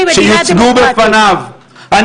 שיוצגו בפניו.